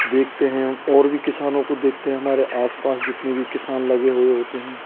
देखते हैं और भी किसानों को देखते हैं हमारे आसपास जितने भी किसान लगे हुए होते हैं